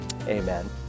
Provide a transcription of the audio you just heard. amen